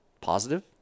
positive